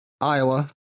Iowa